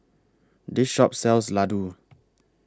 This Shop sells Ladoo